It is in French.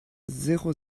zéro